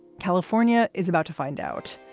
california is about to find out.